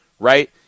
Right